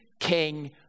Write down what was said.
king